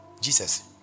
Jesus